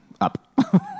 up